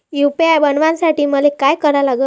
UPI बनवासाठी मले काय करा लागन?